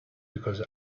because